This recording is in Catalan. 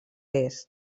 est